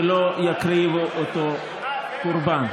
ולא יקריבו אותו קורבן.